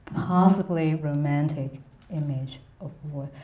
possibly romantic image of war.